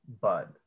Bud